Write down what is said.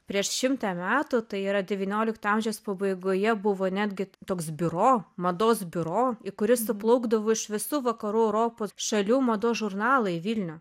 prieš šimtą metų tai yra devyniolikto amžiaus pabaigoje buvo netgi toks biuro mados biuro į kurį suplaukdavo iš visų vakarų europos šalių mados žurnalai į vilnių